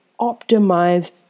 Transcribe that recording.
optimize